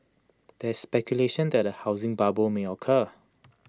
there is speculation that A housing bubble may occur